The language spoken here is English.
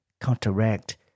counteract